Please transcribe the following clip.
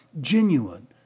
genuine